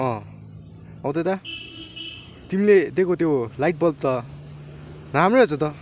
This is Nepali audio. आऊ त यता तिमीले दिएको त्यो लाइट बल्ब त राम्रो रहेछ त